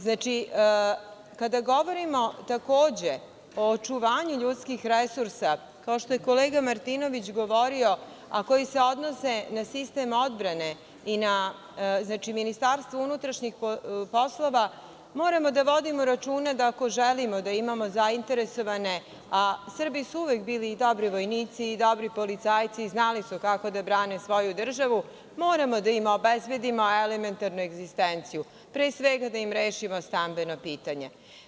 Znači, kada govorimo, takođe, o očuvanju ljudskih resursa, kao što je kolega Martinović govorio, a koji se odnose na sistem odbrane i na Ministarstvo unutrašnjih poslova, moramo da vodimo računa da ako želimo da imamo zainteresovane, a Srbi su uvek bili dobri vojnici i dobri policajci, znali su kako da brane svoju državu, moramo da im obezbedimo elementarnu egzistenciju, pre svega da im rešimo stambeno pitanje.